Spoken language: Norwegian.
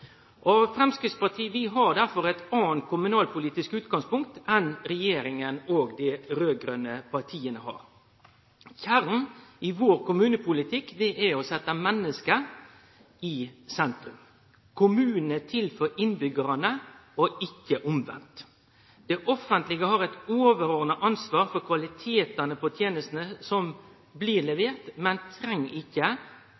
skal. Framstegspartiet har derfor eit anna kommunalpolitisk utgangspunkt enn regjeringa og dei raud-grøne partia. Kjernen i vår kommunepolitikk er å setje mennesket i sentrum. Kommunen er til for innbyggjarane, ikkje omvendt. Det offentlege har eit overordna ansvar for kvaliteten på tenestene som blir